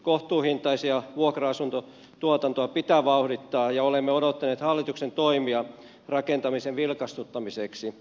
kohtuuhintaisten vuokra asuntojen tuotantoa pitää vauhdittaa ja olemme odottaneet hallituksen toimia rakentamisen vilkastuttamiseksi